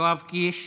יואב קיש.